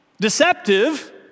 deceptive